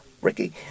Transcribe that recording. Ricky